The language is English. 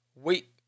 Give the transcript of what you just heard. Wait